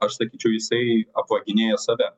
aš sakyčiau jisai apvaginėja save